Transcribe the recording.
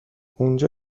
اونجا